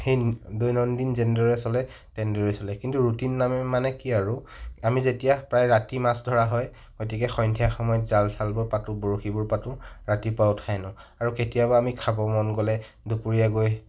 সেই দৈনন্দিন যেনেদৰে চলে তেনেদৰেই চলে কিন্তু ৰুটিন মানে কি আৰু আমি যেতিয়া প্ৰায় ৰাতি মাছ ধৰা হয় গতিকে সন্ধিয়া সময়ত জাল ছালবোৰ পাতোঁ বৰশীবোৰ পাতোঁ ৰাতিপুৱা উঠাই আনো আৰু কেতিয়াবা আমি খাব মন গ'লে দুপৰীয়া গৈ